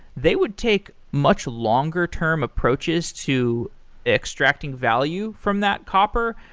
they would take much longer term approaches to extracting value from that copper.